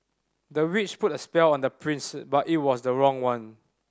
the witch put a spell on the prince but it was the wrong one